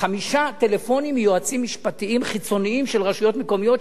חמישה טלפונים מיועצים משפטיים חיצוניים של רשויות מקומיות,